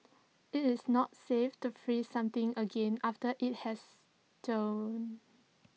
IT is not safe to freeze something again after IT has thawed